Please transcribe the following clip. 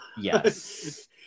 Yes